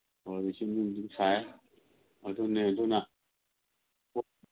ꯑꯣ ꯔꯤꯁꯤꯞ ꯅꯨꯡ ꯑꯗꯨꯝ ꯁꯥꯏ ꯑꯗꯨꯅꯦ ꯑꯗꯨꯅ